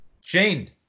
Shane